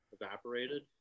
evaporated